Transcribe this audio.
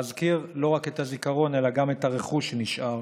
להזכיר לא רק את הזיכרון אלא גם את הרכוש שנשאר